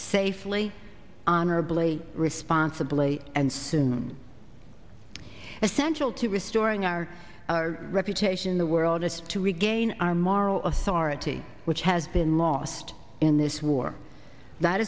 safely honorably responsibly and soon essential to restoring our reputation in the world is to regain our moral authority which has been lost in this war that